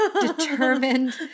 determined